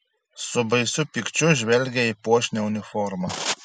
su baisiu pykčiu žvelgė į puošnią uniformą